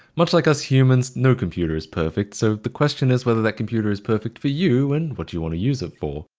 much like us humans, no computer is perfect, so the question is whether that computer is perfect for you and what you wanna use it for.